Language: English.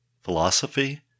philosophy